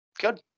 good